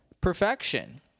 Perfection